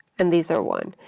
and these are one.